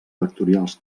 vectorials